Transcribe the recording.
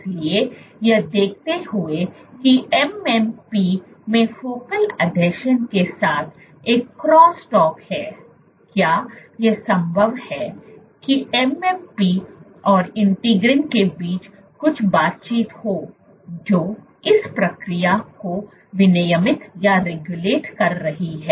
इसलिए यह देखते हुए कि MMP में फोकल आसंजन के साथ एक क्रॉस टॉक है क्या यह संभव है कि MMP और इंटीग्रिन के बीच कुछ बातचीत हो जो इस प्रक्रिया को विनियमित कर रही है